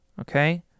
okay